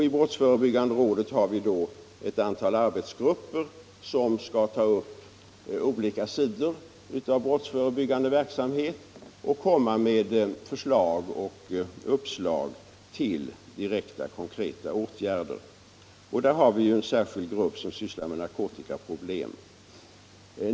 I brottsförebyggande rådet har vi ett antal arbetsgrupper som skall ta upp olika sidor av brottsförebyggande verksamhet och komma med förslag och uppslag till direkta konkreta åtgärder. Bl. a. har vi en särskild grupp som sysslar med narkotikaproblem.